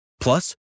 Plus